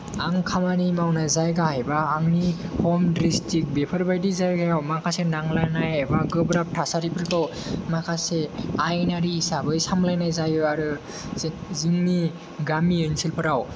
आं खामानि मावनाय जायगा एबा आंनि हम द्रिस्तिक बेफोरबायदि जायगायाव माखासे नांलायनाय एबा गोब्राब थासारिफोरखौ माखासे आयेनारि हिसाबै सामलायनाय जायो आरो जे जोंनि गामि ओनसोलफोराव